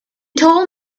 told